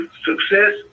success